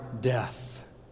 death